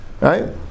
right